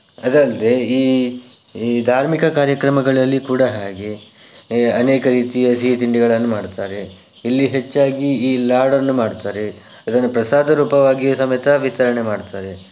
ಅದಲ್ಲದೆ ಈ ಈ ಧಾರ್ಮಿಕ ಕಾರ್ಯಕ್ರಮಗಳಲ್ಲಿ ಕೂಡ ಹಾಗೆ ಅನೇಕ ರೀತಿಯ ಸಿಹಿತಿಂಡಿಗಳನ್ನು ಮಾಡ್ತಾರೆ ಇಲ್ಲಿ ಹೆಚ್ಚಾಗಿ ಈ ಲಾಡನ್ನು ಮಾಡ್ತಾರೆ ಇದನ್ನು ಪ್ರಸಾದ ರೂಪವಾಗಿಯೂ ಸಮೇತ ವಿತರಣೆ ಮಾಡ್ತಾರೆ